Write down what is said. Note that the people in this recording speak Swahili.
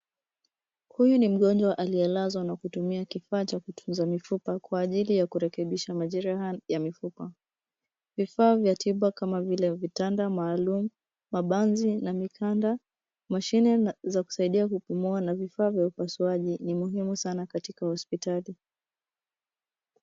Huyu ni mgonjwa aliyelazwa na kutumia kifaa cha kutunza mifupa kwa ajili ya kurekebisha majeraha ya mifupa. Vifaa vya tiba kama vile vitanda maalum, mabanzi na mikanda, mashine za kusaidia kupumua na vifaa vya upasuaji ni muhimu sana katika hospitali.